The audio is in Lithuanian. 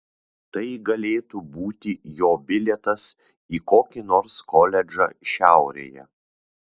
tai galėtų būti jo bilietas į kokį nors koledžą šiaurėje